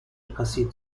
passierte